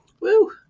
Woo